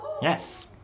Yes